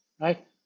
right